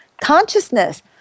consciousness